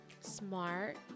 smart